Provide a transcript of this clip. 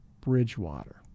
Bridgewater